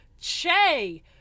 Che